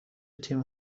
تیم